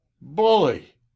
Bully